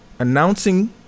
announcing